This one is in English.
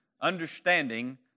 understanding